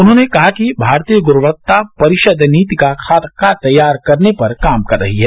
उन्होंने कहा कि भारतीय गुणवत्ता परिषद नीति का खाका तैयार करने पर काम कर रही है